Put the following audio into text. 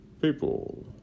people